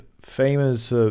famous